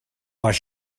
while